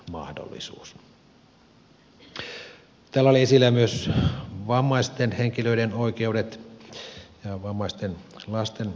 täällä oli esillä myös vammaisten henkilöiden oikeudet ja vammaisten lasten asema